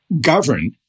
govern